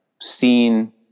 seen